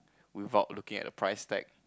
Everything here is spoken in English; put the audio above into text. without looking at the price tag